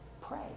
pray